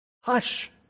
Hush